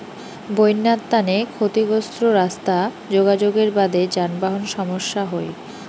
বইন্যার তানে ক্ষতিগ্রস্ত রাস্তা যোগাযোগের বাদে যানবাহন সমস্যা হই